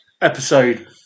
episode